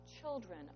children